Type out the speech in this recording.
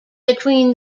between